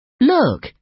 Look